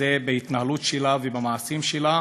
בהתנהלות שלה ובמעשים שלה,